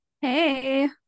Hey